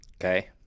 okay